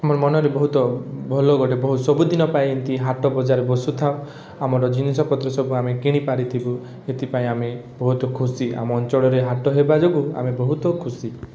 ଆମ ମନରେ ବହୁତ ଭଲ ଗୋଟେ ବହୁତ ସବୁଦିନ ପାଇଁ ଏମିତି ହାଟ ବଜାର ବସୁଥାଉ ଆମର ଜିନିଷ ପତ୍ର ସବୁ ଆମେ କିଣି ପାରିଥିବୁ ଏଥିପାଇଁ ଆମେ ବହୁତ ଖୁସି ଆମ ଅଞ୍ଚଳରେ ହାଟ ହେବା ଯୋଗୁଁ ଆମେ ବହୁତ ଖୁସି